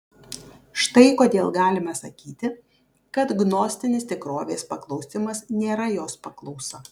štai kodėl galime sakyti kad gnostinis tikrovės paklausimas nėra jos paklausa